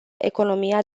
economia